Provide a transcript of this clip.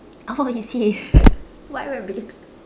oh you see what rabbit